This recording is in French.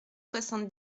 soixante